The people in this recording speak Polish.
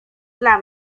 dla